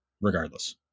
regardless